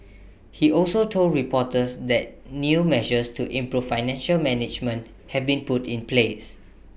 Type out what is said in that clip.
he also told reporters that new measures to improve financial management have been put in place